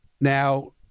Now